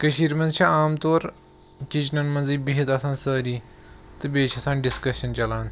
کٔشیٖر منٛز چھِ عام طور کِچنَن منٛزٕے بِہِتھ آسان سٲری تہٕ بیٚیہِ چھِ آسان ڈِسکشَن چَلان